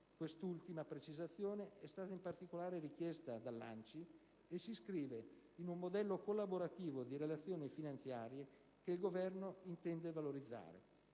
quest'ultima precisazione è stata in particolare richiesta dall'ANCI e si inscrive in un modello collaborativo di relazioni finanziarie che il Governo intende valorizzare.